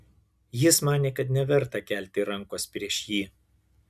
jis manė kad neverta kelti rankos prieš jį